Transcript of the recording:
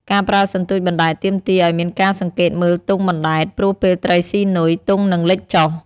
ការប្រើសន្ទូចបណ្ដែតទាមទារឲ្យមានការសង្កេតមើលទង់បណ្ដែត ព្រោះពេលត្រីស៊ីនុយ ទង់នឹងលិចចុះ។